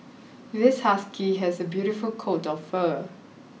this husky has a beautiful coat of fur